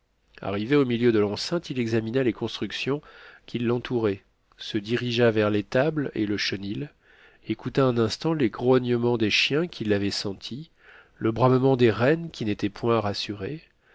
arrivé au milieu de l'enceinte il examina les constructions qui l'entouraient se dirigea vers l'étable et le chenil écouta un instant les grognements des chiens qui l'avaient senti le bramement des rennes qui n'étaient point rassurés